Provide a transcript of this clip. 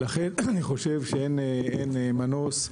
לכן אין מנוס.